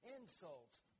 insults